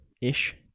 ish